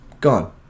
Gone